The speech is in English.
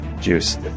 juice